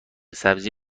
سبزی